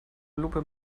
lupe